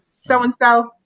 so-and-so